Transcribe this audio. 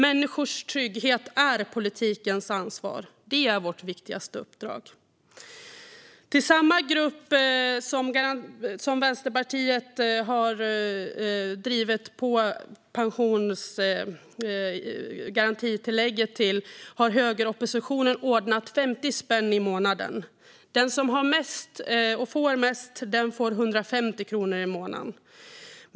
Människors trygghet är politikens ansvar. Det är vårt viktigaste uppdrag. Till samma grupp som Vänsterpartiet har drivit på pensionsgarantitillägget för har högeroppositionen ordnat 50 spänn i månaden. Den som har mest och får mest får 150 kronor i månaden.